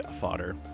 Fodder